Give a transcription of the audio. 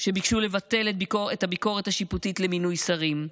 כשביקשו לבטל את הביקורת השיפוטית למינוי שרים,